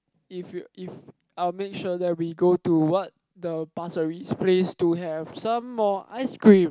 if you if I will make sure that we go to what the Pasir Ris place to have some more ice cream